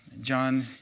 John